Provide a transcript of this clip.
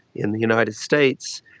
in the united states,